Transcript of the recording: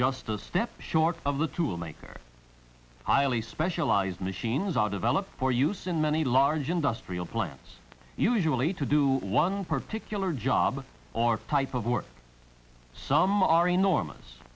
a step short of the tool maker highly specialized machines are developed for use in many large industrial plants usually to do one particular job or type of work some are enormous